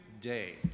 day